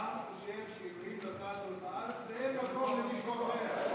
העם חושב שאלוהים נתן לו את הארץ ואין מקום למישהו אחר.